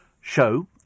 Show